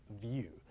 view